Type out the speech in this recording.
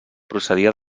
procedia